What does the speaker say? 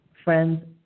friends